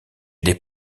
des